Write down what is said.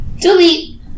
Delete